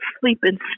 sleeping